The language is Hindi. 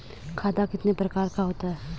खाता कितने प्रकार का होता है?